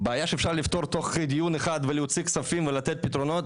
בעיה שאפשר לפתור תוך דיון אחד ולהוציא כספים ולתת פתרונות,